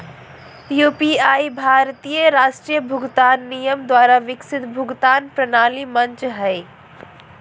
UPI भारतीय राष्ट्रीय भुगतान निगम द्वारा विकसित भुगतान प्रणाली मंच हइ